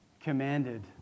commanded